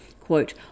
Quote